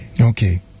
okay